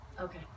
okay